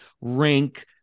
rank